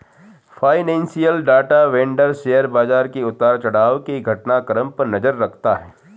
financial data vendor share बाजार के उतार चढ़ाव के घटनाक्रम पर नजर रखता है